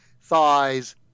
thighs